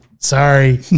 Sorry